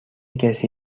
کسی